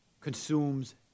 consumes